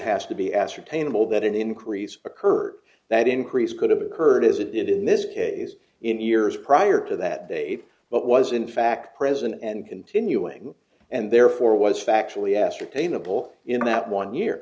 has to be ascertainable that any increase occurred that increase could have occurred as it did in this case in years prior to that date but was in fact present and continuing and therefore was factually ascertainable in that one year